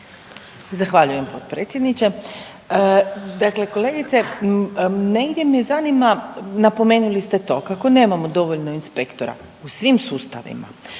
Zahvaljujem, potpredsjedniče. Dakle, kolegice negdje me zanima, napomenuli ste to, kako ne nemamo dovoljno inspektora u svim sustavima,